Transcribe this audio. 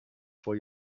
vor